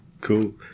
Cool